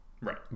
Right